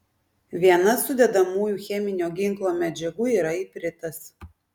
viena sudedamųjų cheminio ginklo medžiagų yra ipritas